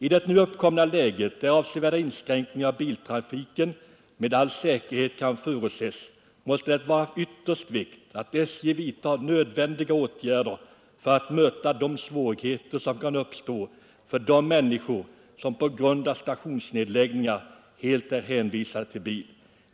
I det nu uppkomna läget där avsevärda inskränkningar av biltrafiken med all säkerhet kan förutses måste det vara av största vikt att SJ vidtar nödvändiga åtgärder för att möta de svårigheter som kan uppstå för de människor som på grund av stationsnedläggningar helt är hänvisade till bil.